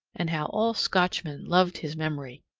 and how all scotchmen loved his memory.